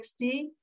60